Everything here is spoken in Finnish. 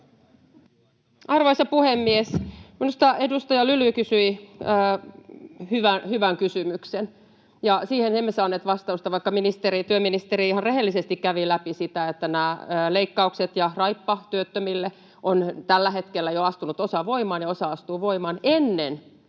Arvoisa puhemies! Minusta edustaja Lyly kysyi hyvän kysymyksen, ja siihen emme saaneet vastausta, vaikka työministeri ihan rehellisesti kävi läpi sitä, että näistä leikkauksista ja raipoista työttömille on tällä hetkellä jo astunut osa voimaan ja osa astuu voimaan ennen